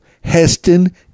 Heston